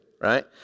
right